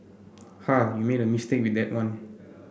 ha you made a mistake with that one